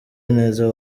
neza